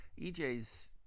EJ's